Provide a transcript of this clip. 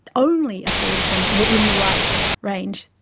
only a third of them were in the right range,